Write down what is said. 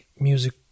music